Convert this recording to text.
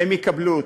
הם יקבלו אותו.